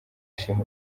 ashima